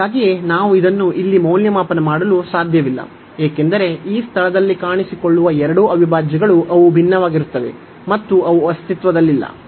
ಅದಕ್ಕಾಗಿಯೇ ನಾವು ಇದನ್ನು ಇಲ್ಲಿ ಮೌಲ್ಯಮಾಪನ ಮಾಡಲು ಸಾಧ್ಯವಿಲ್ಲ ಏಕೆಂದರೆ ಈ ಸ್ಥಳದಲ್ಲಿ ಕಾಣಿಸಿಕೊಳ್ಳುವ ಎರಡೂ ಅವಿಭಾಜ್ಯಗಳು ಅವು ಭಿನ್ನವಾಗುತ್ತವೆ ಮತ್ತು ಅವು ಅಸ್ತಿತ್ವದಲ್ಲಿಲ್ಲ